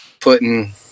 putting